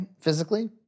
physically